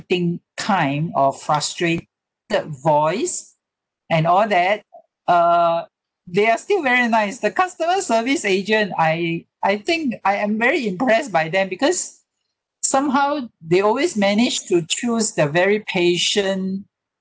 time or frustrated voice and all that uh they are still very nice the customer service agent I I think I am very impressed by them because somehow they always managed to choose the very patient